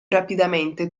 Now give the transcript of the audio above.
rapidamente